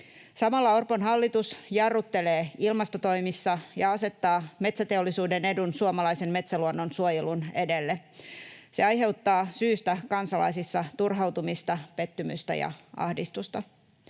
Samalla Orpon hallitus jarruttelee ilmastotoimissa ja asettaa metsäteollisuuden edun suomalaisen metsäluonnon suojelun edelle. Se aiheuttaa syystä kansalaisissa turhautumista, pettymystä ja ahdistusta.